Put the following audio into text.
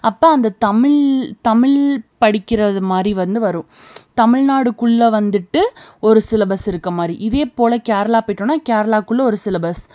அப்போ அந்தத் தமிழ் தமிழ் படிக்கிறது மாதிரி வந்து வரும் தமிழ்நாடுக்குள்ளே வந்துட்டு ஒரு சிலபஸ் இருக்கற மாதிரி இதேயே போல கேரளா போயிட்டோன்னால் கேரளாக்குள்ளே ஒரு சிலபஸ்